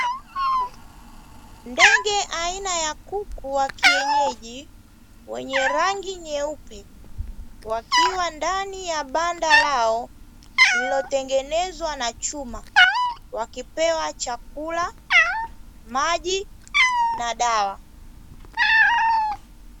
Ndege aina ya kuku wa kienyeji wenye rangi nyeupe, wakiwa ndani ya banda lao lililotengenezwa na chuma, wakipewa chakula, maji na dawa.